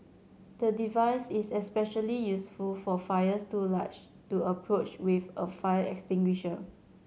the device is especially useful for fires too large to approach with a fire extinguisher